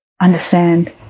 understand